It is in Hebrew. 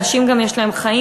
לאנשים גם יש חיים.